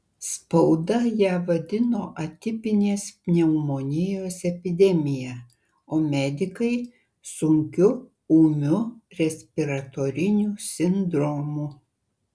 spauda ją vadino atipinės pneumonijos epidemija o medikai sunkiu ūmiu respiratoriniu sindromu